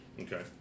Okay